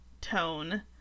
tone